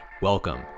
Welcome